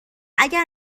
اگر